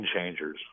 changers